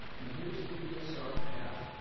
and here's the bsr path,